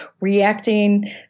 reacting